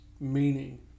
meaning